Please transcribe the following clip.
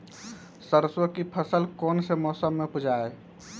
सरसों की फसल कौन से मौसम में उपजाए?